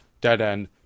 dead-end